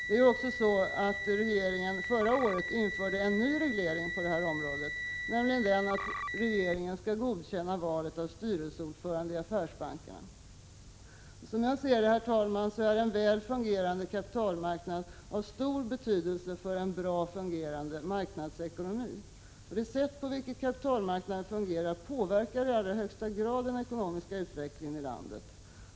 Det är ju också så att regeringen förra året införde en ny reglering på det här området, nämligen att regeringen skall godkänna valet av styrelseordförande i affärsbankerna. Som jag ser det, är en väl fungerande kapitalmarknad av stor betydelse för en väl fungerande marknadsekonomi. Det sätt på vilket kapitalmarknaden fungerar påverkar i allra högsta grad den ekonomiska utvecklingen i landet.